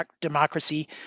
democracy